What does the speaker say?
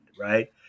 right